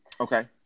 Okay